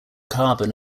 carbon